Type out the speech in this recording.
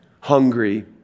hungry